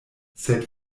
sed